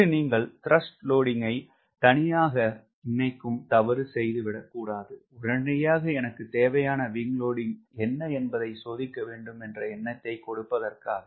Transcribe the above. இது நீங்கள் TWஐ தனியாக நினைக்கும் தவறு செய்து விடக்கூடாது உடனடியாக எனக்கு தேவையான WS என்ன என்பதை சோதிக்க வேண்டும் என்ற எண்ணத்தை கொடுப்பதற்காக